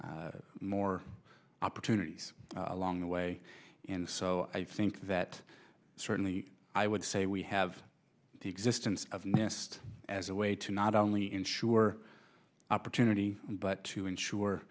of more opportunities along the way and so i think that certainly i would say we have the existence of mest as a way to not only ensure opportunity but to ensure